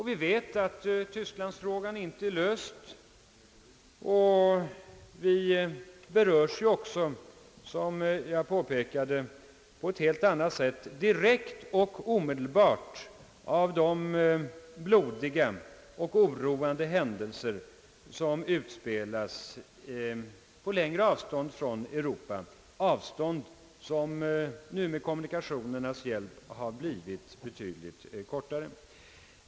Vi vet att tysklandsfrågan inte är löst och vi berörs ju också, såsom jag påpekat, på ett helt annat sätt direkt av de blodiga och oroande händelser som utspelas på längre avstånd från Europa, avstånd som nu med kommunikationernas hjälp blivit betydligt kortare.